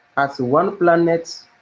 as one planet,